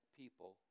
people